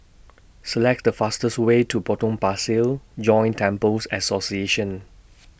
Select The fastest Way to Potong Pasir Joint Temples Association